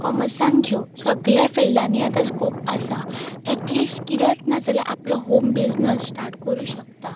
कॉमर्सान घेवं सगळ्या फिल्डांनी आतां स्कोप आसा ऍटलिस्ट कितेंच नाजाल्यार आपलो होम बिझनस स्टार्ट करूं शकता